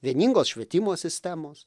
vieningos švietimo sistemos